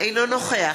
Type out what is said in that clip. אינו נוכח